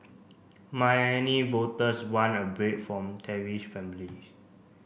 voters want a break from tarnished families